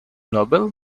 noble